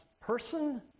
person